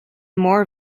more